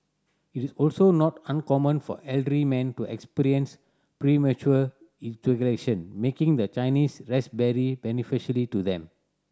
it is also not uncommon for elderly men to experience premature ejaculation making the Chinese raspberry beneficially to them